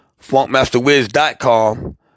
funkmasterwiz.com